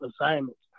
assignments